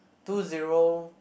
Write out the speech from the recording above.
two zero